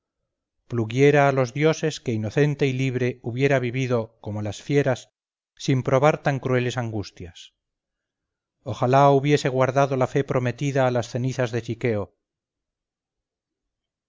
plugiera a los dioses que inocente y libre hubiera vivido como las fieras sin probar tan crueles angustias ojalá hubiese guardado la fe prometida a las cenizas de siqueo